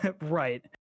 Right